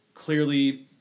Clearly